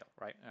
right